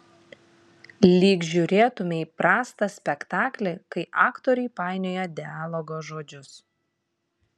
lyg žiūrėtumei prastą spektaklį kai aktoriai painioja dialogo žodžius